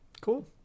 Cool